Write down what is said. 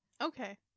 Okay